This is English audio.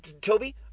Toby